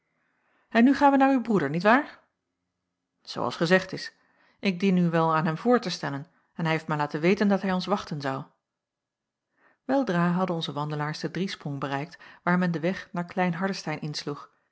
en nu gaan wij naar uw broeder niet waar zoo als gezegd is ik dien u wel aan hem voor te stellen en hij heeft mij laten weten dat hij ons wachten zou weldra hadden onze wandelaars den driesprong bereikt waar men den weg naar klein hardestein insloeg